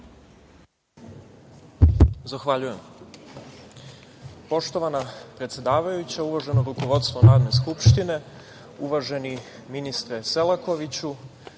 Zahvaljujem.